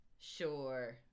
Sure